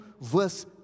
verse